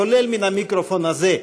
כולל מן המיקרופון הזה,